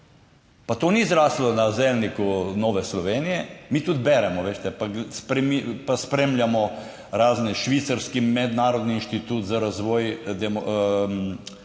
to ni zraslo na zeljniku Nove Slovenije. Mi tudi beremo, veste, pa spremljamo razni švicarski Mednarodni inštitut za razvoj menedžmenta,